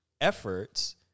efforts